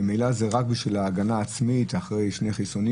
ממילא זה רק לשם הגנה עצמית אחרי שני חיסונים